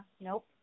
nope